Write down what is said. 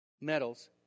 Medals